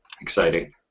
exciting